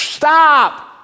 Stop